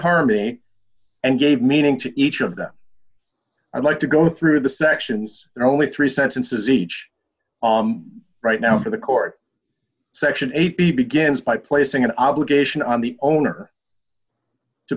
harmony and gave meaning to each of them i like to go through the sections there are only three sentences each on right now for the court section eight b begins by placing an obligation on the owner to